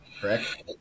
correct